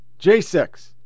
J6